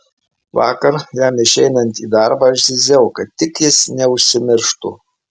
vakar jam išeinant į darbą aš zyziau kad tik jis neužsimirštų